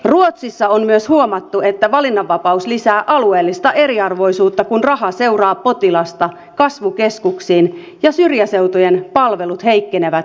ruotsissa on myös huomattu että valinnanvapaus lisää alueellista eriarvoisuutta kun raha seuraa potilasta kasvukeskuksiin ja syrjäseutujen palvelut heikkenevät entisestään